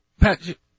Patrick